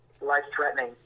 life-threatening